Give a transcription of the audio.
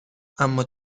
اما